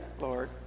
Lord